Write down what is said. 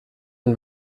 und